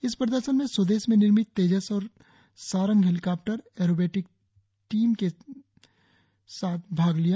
इस प्रदर्शन में स्वदेश में निर्मित तेजस और सारंग हेलिकॉप्टर ऐरोबेटिक टीम ने भी भाग लिया